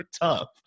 tough